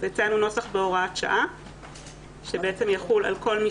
הצענו נוסח בהוראת שעה שיחול על כל מי